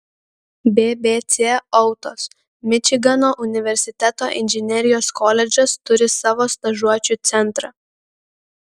bbc autos mičigano universiteto inžinerijos koledžas turi savo stažuočių centrą